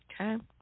Okay